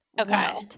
Okay